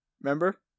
remember